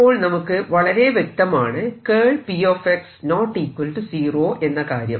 അപ്പോൾ നമുക്ക് വളരെ വ്യക്തമാണ് എന്ന കാര്യം